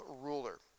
ruler